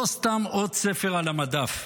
לא סתם עוד ספר על המדף.